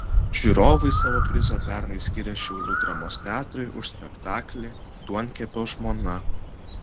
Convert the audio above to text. žiūrovai savo prizą pernai skyrė šiaulių dramos teatrui už spektaklį duonkepio žmona